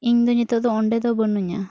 ᱤᱧᱫᱚ ᱱᱤᱛᱚᱜ ᱫᱚ ᱚᱸᱰᱮ ᱫᱚ ᱵᱟᱹᱱᱩᱧᱟ